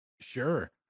Sure